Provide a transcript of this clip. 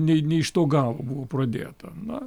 ne ne iš to galo buvo pradėta na